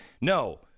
no